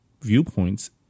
viewpoints